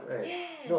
yes